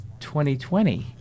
2020